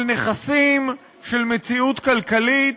של נכסים, של מציאות כלכלית,